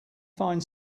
find